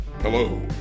Hello